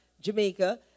Jamaica